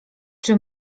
czy